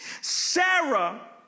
Sarah